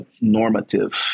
normative